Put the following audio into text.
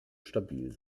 stabil